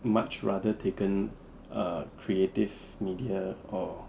much rather taken err creative media or